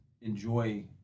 enjoy